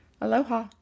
Aloha